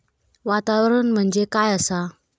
वातावरण म्हणजे काय आसा?